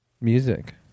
Music